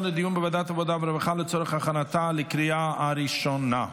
לדיון בוועדת העבודה והרווחה לצורך הכנתה לקריאה הראשונה.